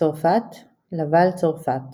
צרפת לאוואל, צרפת